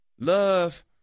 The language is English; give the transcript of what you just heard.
Love